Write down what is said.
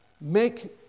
make